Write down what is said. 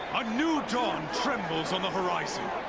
a new dawn trembles on the horizon!